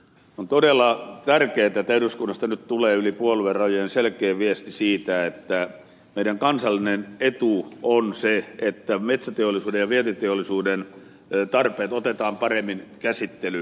on todella tärkeätä että eduskunnasta nyt tulee yli puoluerajojen selkeä viesti siitä että meidän kansallinen etumme on se että metsäteollisuuden ja vientiteollisuuden tarpeet otetaan paremmin käsittelyyn